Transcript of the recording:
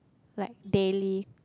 like daily